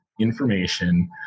information